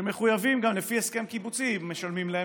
שגם לפי הסכם קיבוצי אם משלמים להם,